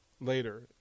later